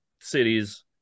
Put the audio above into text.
cities